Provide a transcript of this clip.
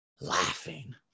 Laughing